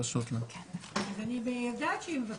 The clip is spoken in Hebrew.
היא ב-זום.